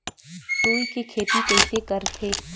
रुई के खेती कइसे करथे?